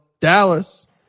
Dallas